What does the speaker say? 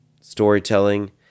storytelling